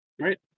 Right